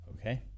Okay